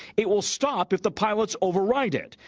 it will stop if the pilots override it.